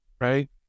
right